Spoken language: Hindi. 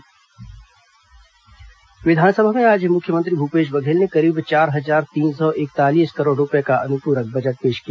विस अनुपूरक बजट विधानसभा में आज मुख्यमंत्री भूपेश बघेल ने करीब चार हजार तीन सौ इकतालीस करोड़ रूपये का अनुपूरक बजट पेश किया